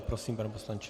Prosím, pane poslanče.